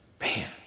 man